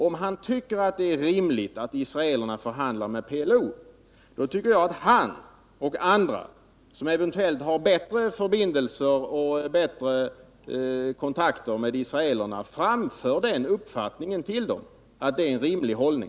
Om han tycker att det är rimligt att israelerna förhandlar med PLO, tycker jag att Anders Wijkman och andra, som eventuellt har bättre förbindelser och bättre kontakter med israelerna, framför den uppfattningen.